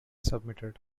submitted